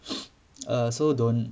err so don't